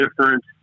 different